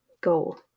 goal